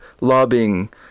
lobbying